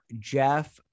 Jeff